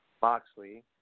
Boxley